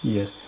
Yes